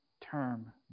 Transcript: term